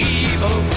evil